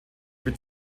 mit